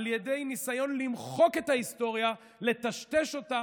על ידי ניסיון למחוק את ההיסטוריה, לטשטש אותה